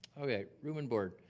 ok, room and board.